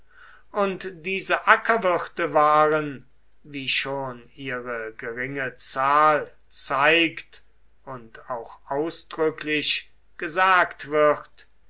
und diese ackerwirte waren wie schon ihre geringe zahl zeigt und auch ausdrücklich gesagt wird